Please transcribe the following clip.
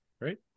Right